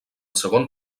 segon